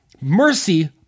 mercy